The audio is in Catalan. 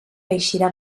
eixirà